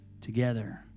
together